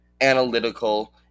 analytical